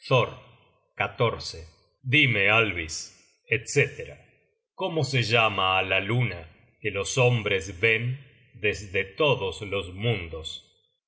ia dime alvis etc cómo se llama á la luna que los hombres ven desde todos los mundos